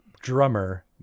drummer